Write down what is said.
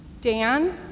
Dan